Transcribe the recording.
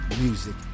music